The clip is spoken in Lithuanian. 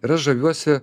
ir aš žaviuosi